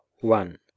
one